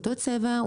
אותו צבע,